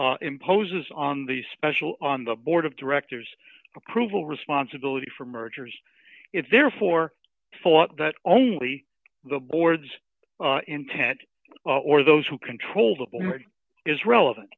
imposes on the special on the board of directors approval responsibility for mergers if therefore thought that only the board's intent or those who control the board is relevant